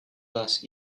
last